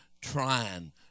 trying